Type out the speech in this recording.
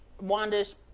Wanda's